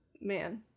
man